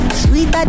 sweet